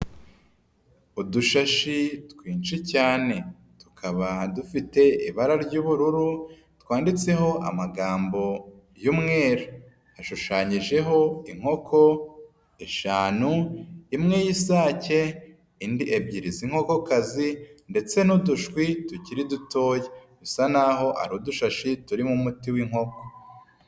Udushashi twinshi cyane, tukaba dufite ibara ry'ubururu, twanditseho amagambo y'umweru. Hashushanyijeho inkoko eshanu, imwe y'isake indi ebyiri z'inkokokazi, ndetse n'udushwi tukiri dutoya bisa naho ari udushashi turimo umuti w'inkoko.